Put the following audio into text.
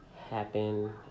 happen